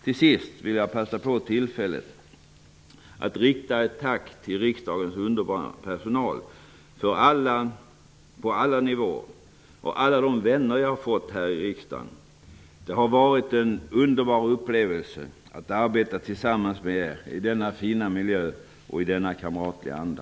Till sist vill jag passa på tillfället att rikta ett tack till riksdagens underbara personal på alla nivåer och till alla de vänner jag har fått här i riksdagen. Det har varit en underbar upplevelse att arbeta tillsammans med er i denna fina miljö och i denna kamratliga anda.